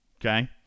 Okay